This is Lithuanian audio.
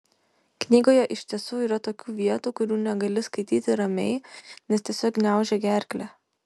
knygoje iš tiesų yra tokių vietų kurių negali skaityti ramiai nes tiesiog gniaužia gerklę